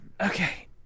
okay